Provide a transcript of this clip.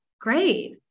great